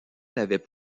n’avaient